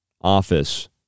office